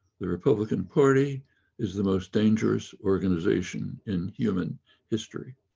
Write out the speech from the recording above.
the republican party is the most dangerous organisation in human history.